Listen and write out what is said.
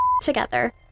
together